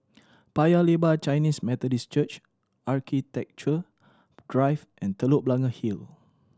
Paya Lebar Chinese Methodist Church Architecture Drive and Telok Blangah Hill